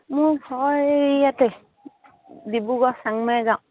মোৰ ঘৰ ইয়াতে ডিব্ৰুগড় চাংমাই গাঁও